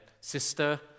sister